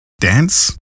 Dance